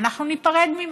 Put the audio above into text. אנחנו ניפרד ממך,